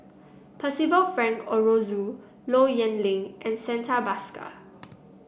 Percival Frank Aroozoo Low Yen Ling and Santha Bhaskar